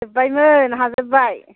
जोब्बाय हाजोबबाय